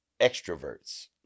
extroverts